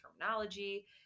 terminology